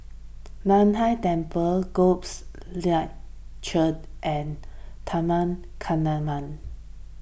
Nan Hai Temple Light Church and Taman